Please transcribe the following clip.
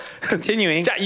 Continuing